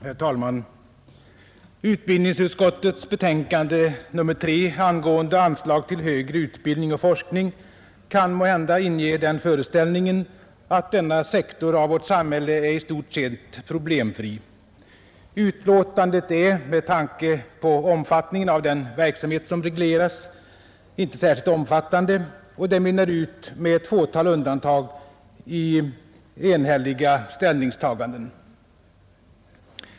Herr talman! Utbildningsutskottets betänkande nr 3 angående anslag till högre utbildning och forskning kan måhända inge den föreställningen att denna sektor av vårt samhälle i stort sett är problemfri. Betänkandet är med tanke på storleken av den verksamhet som regleras inte särskilt omfattande och mynnar med ett fåtal undantag ut i enhälliga ställnings taganden.